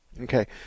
Okay